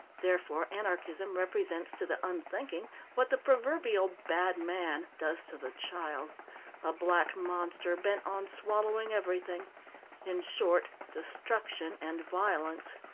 therefore anarchism represents to the unthinking what the proverbial bad man does to the child a black monster bent on swallowing everything in short, destruction and violence.